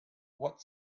what